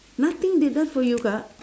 nothing they done for you kak